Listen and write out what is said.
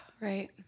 right